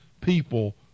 people